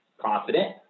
confident